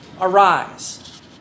arise